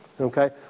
okay